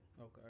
Okay